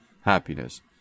happiness